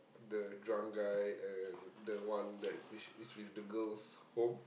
the drunk guy and the one that which is with the girls home